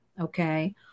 Okay